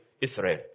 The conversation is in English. Israel